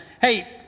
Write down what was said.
Hey